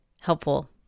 helpful